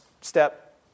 step